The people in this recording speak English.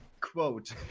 Quote